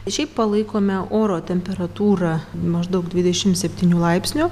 šiaip palaikome oro temperatūrą maždaug dvidešim septynių laipsnių